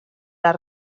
las